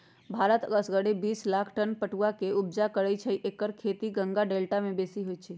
भारत असगरे बिस लाख टन पटुआ के ऊपजा करै छै एकर खेती गंगा डेल्टा में बेशी होइ छइ